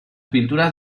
pinturas